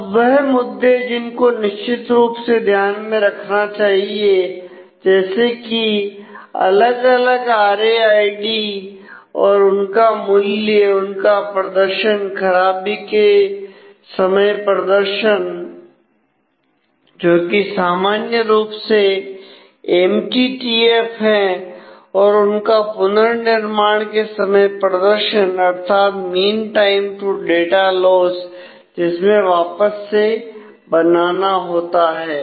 अब वह मुद्दे जिनको निश्चित रूप से ध्यान में रखना चाहिए जैसे कि अलग अलग आर ए आई डी और उनका मूल्य उनका प्रदर्शन खराबी के समय प्रदर्शन जोकि सामान्य रूप से एमटीटीएफ जिसमें वापस से बनाना होता है